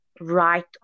right